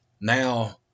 Now